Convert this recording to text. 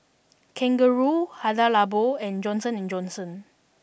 Kangaroo Hada Labo and Johnson and Johnson